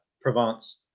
Provence